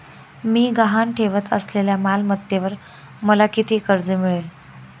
मी गहाण ठेवत असलेल्या मालमत्तेवर मला किती कर्ज मिळेल?